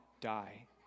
die